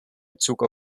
bezug